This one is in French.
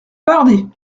pardi